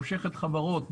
מושכת חברות,